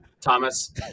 Thomas